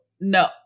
no